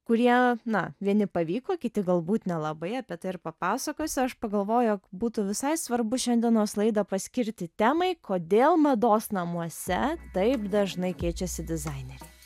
kurie na vieni pavyko kiti galbūt nelabai apie tai ir papasakosiu aš pagalvojau jog būtų visai svarbu šiandienos laidą paskirti temai kodėl mados namuose taip dažnai keičiasi dizaineriai